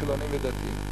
חילונים ודתיים.